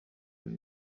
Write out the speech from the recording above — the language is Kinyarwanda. biba